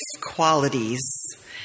qualities